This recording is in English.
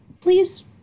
please